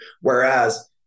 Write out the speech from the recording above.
whereas